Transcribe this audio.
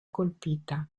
colpita